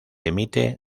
emite